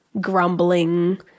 grumbling